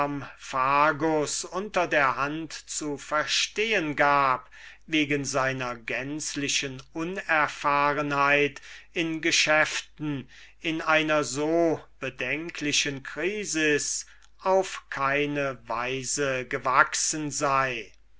unter der hand zu verstehen gab wegen seiner gänzlichen unerfahrenheit in geschäften in einer so bedenklichen krisis auf keine weise gewachsen sei